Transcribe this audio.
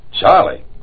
Charlie